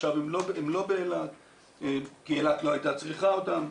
עכשיו הם לא באילת כי אילת לא הייתה צריכה אותם.